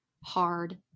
hard